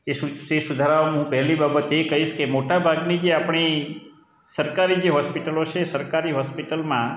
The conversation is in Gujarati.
તે સુધારાઓ હું પહેલી બાબત એ કહીશ કે મોટા ભાગની જે આપણી સરકારી જે હોસ્પિટલો છે સરકારી હોસ્પિટલમાં